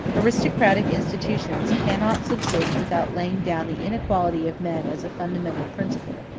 aristocratic institutions cannot subsist without laying down the inequality of men as a fundamental principle,